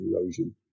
erosion